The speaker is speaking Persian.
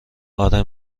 اره